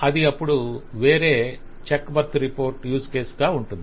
అది అప్పుడు వేరే చెక్ బర్త్ రిపోర్ట్ యూస్ కేసుగా ఉంటుంది